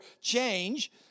change